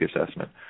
assessment